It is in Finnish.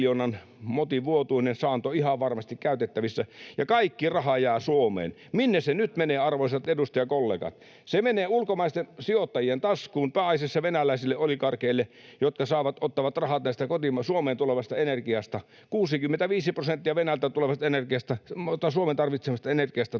motin vuotuinen saanto ihan varmasti käytettävissä, ja kaikki raha jää Suomeen. [Petri Huru: Juuri näin!] Minne se nyt menee, arvoisat edustajakollegat? Se menee ulkomaisten sijoittajien taskuun, pääasiassa venäläisille oligarkeille, jotka ottavat rahat Suomeen tulevasta energiasta. 65 prosenttia Suomen tarvitsemasta energiasta tulee